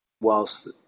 whilst